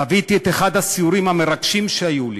חוויתי את אחד הסיורים המרגשים שהיו לי.